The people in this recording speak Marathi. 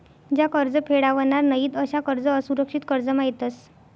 ज्या कर्ज फेडावनार नयीत अशा कर्ज असुरक्षित कर्जमा येतस